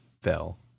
fell